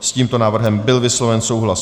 S tímto návrhem byl vysloven souhlas.